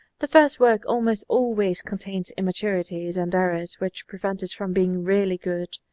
the first work almost always contains immaturities and errors which prevent it from being really good.